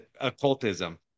occultism